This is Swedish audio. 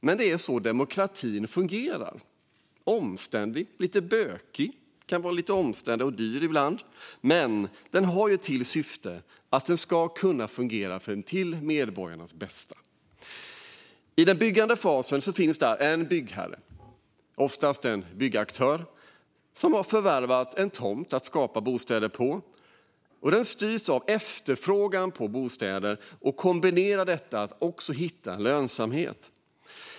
Men det är också så demokratin fungerar: omständlig, lite bökig, dyr ibland men har till syfte att det ska fungera för medborgarnas bästa. I byggfasen finns en byggherre. Det är oftast en byggaktör som har förvärvat en tomt att skapa bostäder på. Denna styrs av efterfrågan på bostäder och ska kombinera detta med att få lönsamhet.